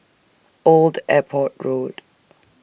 Old Airport Road